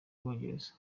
bwongereza